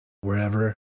wherever